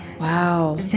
Wow